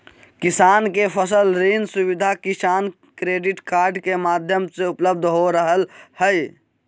किसान के फसल ऋण सुविधा किसान क्रेडिट कार्ड के माध्यम से उपलब्ध हो रहल हई